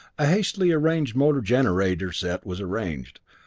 a hastily arranged motor generator set was arranged,